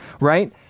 Right